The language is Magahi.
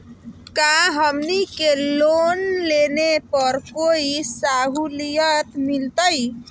का हमनी के लोन लेने पर कोई साहुलियत मिलतइ?